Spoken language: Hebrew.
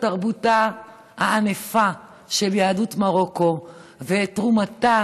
תרבותה הענפה של יהדות מרוקו ואת תרומתה